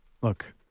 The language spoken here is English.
Look